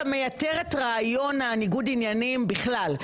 אתה מייתר את רעיון ניגוד העניינים בכלל.